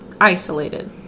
isolated